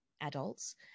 adults